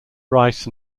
rice